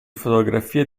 fotografie